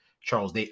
Charles